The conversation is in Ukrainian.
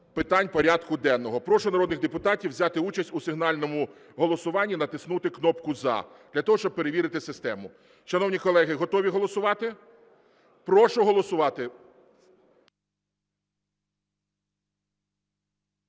питань порядку денного. Прошу народних депутатів взяти участь у сигнальному голосуванні, натиснути кнопку "За" для того, щоб перевірити систему. Шановні колеги, готові голосувати? Прошу голосувати.